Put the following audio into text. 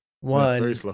One